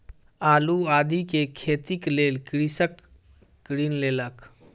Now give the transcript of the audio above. आलू आदि के खेतीक लेल कृषक ऋण लेलक